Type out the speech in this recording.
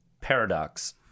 Paradox